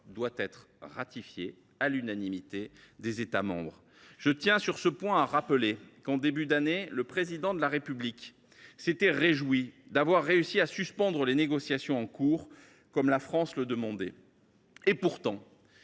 doit être ratifié à l’unanimité des États membres. Je tiens sur ce point à rappeler qu’en début d’année le Président de la République s’était réjoui d’avoir réussi à suspendre les négociations en cours comme la France le demandait. Pourtant,